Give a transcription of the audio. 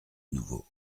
nouveau